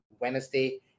wednesday